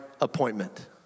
appointment